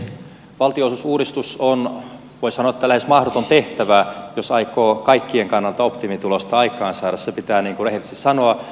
valtionosuusuudistus on voisi sanoa lähes mahdoton tehtävä jos aikoo kaikkien kannalta optimitulosta aikaansaada se pitää rehellisesti sanoa